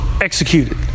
executed